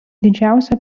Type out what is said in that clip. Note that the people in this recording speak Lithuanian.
didžiausia